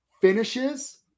finishes